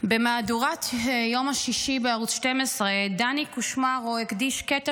במהדורת יום שישי בערוץ 12 דני קושמרו הקדיש קטע